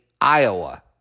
Iowa